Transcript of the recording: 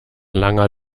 langer